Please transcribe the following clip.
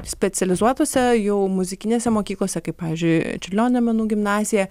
specializuotose jau muzikinėse mokyklose kaip pavyzdžiui čiurlionio menų gimnazija